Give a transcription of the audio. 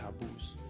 taboos